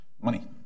money